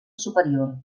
superior